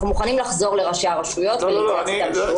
אנחנו מוכנים לחזור לראשי הרשויות ולהתייעץ איתם שוב.